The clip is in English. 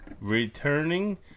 returning